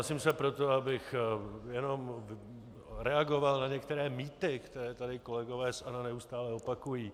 Hlásím se proto, abych jenom reagoval na některé mýty, které tady kolegové z ANO neustále opakují.